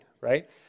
right